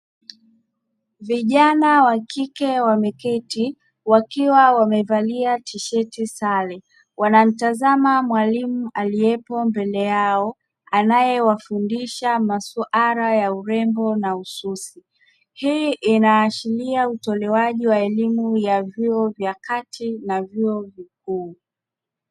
Vijana wa kike wameketi wakiwa wamevalia tisheti sare, wanamtazama mwalimu aliyepo mbele yao anayewafundisha maswala ya urembo na ususi. Hii inaashiria utolewaji wa elimu ya vyuo vya kati na vyuo vikuu.